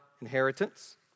inheritance